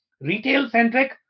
Retail-centric